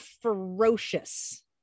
ferocious